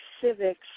civics